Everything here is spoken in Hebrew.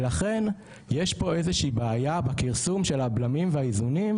ולכן יש פה איזושהי בעיה בכרסום של הבלמים והאיזונים,